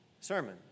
sermon